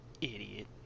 Idiot